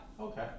Okay